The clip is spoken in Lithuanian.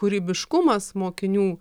kūrybiškumas mokinių